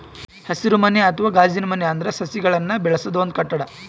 ಹಸಿರುಮನೆ ಅಥವಾ ಗಾಜಿನಮನೆ ಅಂದ್ರ ಸಸಿಗಳನ್ನ್ ಬೆಳಸದ್ ಒಂದ್ ಕಟ್ಟಡ